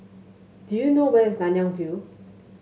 do you know where is Nanyang View